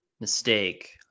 mistake